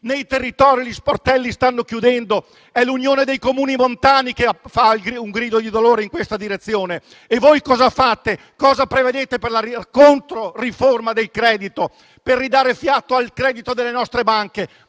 Nei territori gli sportelli stanno chiudendo e l'Unione dei Comuni montani lancia un grido di dolore in questa direzione. Voi cosa fate e cosa prevedete per la controriforma del credito e per ridare fiato al credito delle nostre banche?